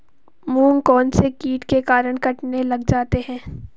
मूंग कौनसे कीट के कारण कटने लग जाते हैं?